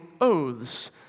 oaths